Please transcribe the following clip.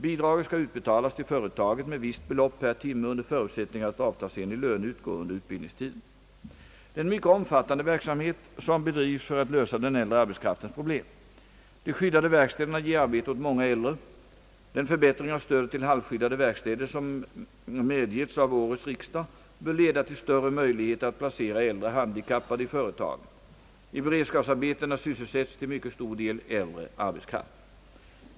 Bidraget skall utbetalas till företaget med visst belopp per timme under förutsättning att avtalsenlig lön utgår under utbildningstiden. Det är en mycket omfattande verksamhet som bedrivs för att lösa den äldre arbetskraftens problem. De skyddade verkstäderna ger arbete åt många äldre. Den förbättring av stödet till halvskyddade verkstäder, som medgetts av årets riksdag, bör leda till större möjligheter att placera äldre handikappade i företagen. I beredskapsarbetena sysselsätts till mycket stor del äldre arbetskraft.